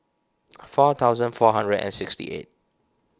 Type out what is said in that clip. four thousand four hundred and sixty eight